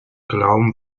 glauben